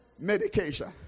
medication